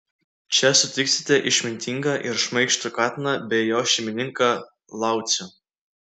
čia sutiksite išmintingą ir šmaikštų katiną bei jo šeimininką laucių